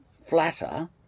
flatter